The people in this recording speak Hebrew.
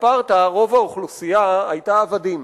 בספרטה רוב האוכלוסייה היתה עבדים.